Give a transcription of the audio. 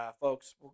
folks